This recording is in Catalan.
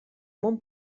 món